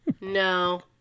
No